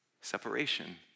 separation